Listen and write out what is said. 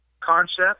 concept